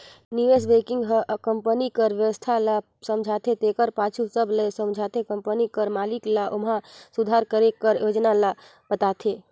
निवेस बेंकिग हर कंपनी कर बेवस्था ल समुझथे तेकर पाछू सब ल समुझत कंपनी कर मालिक ल ओम्हां सुधार करे कर योजना ल बताथे